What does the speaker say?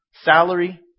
salary